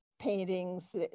paintings